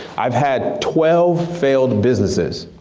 i've had twelve failed businesses.